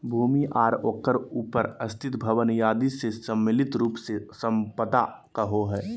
भूमि आर ओकर उपर स्थित भवन आदि के सम्मिलित रूप से सम्पदा कहो हइ